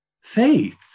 Faith